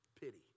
pity